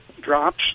drops